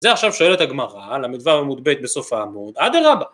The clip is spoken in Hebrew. זה עכשיו שאלת הגמרא למדבר עמוד ב' בסוף העמוד, אדרבא